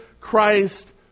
christ